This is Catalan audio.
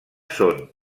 són